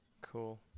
Cool